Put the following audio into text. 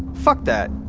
fuck that.